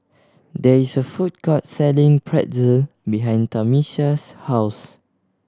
there is a food court selling Pretzel behind Tamisha's house